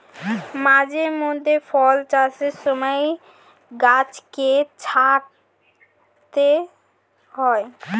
মাঝে মধ্যে ফল চাষের সময় গাছকে ছাঁটতে হয়